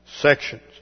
sections